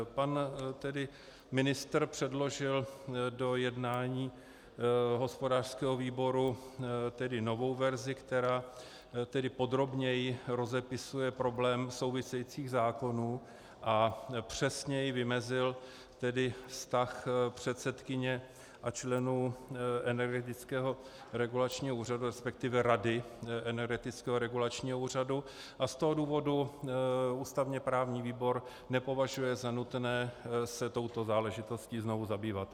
Pan ministr předložil do jednání hospodářského výboru novou verzi, která podrobněji rozepisuje problém souvisejících zákonů a přesněji vymezila vztah předsedkyně a členů Energetického regulačního úřadu, resp. Rady Energetického regulačního úřadu, a z toho důvodu ústavněprávní výbor nepovažuje za nutné se touto záležitostí znovu zabývat.